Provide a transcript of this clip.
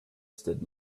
that